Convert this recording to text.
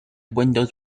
windows